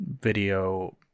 video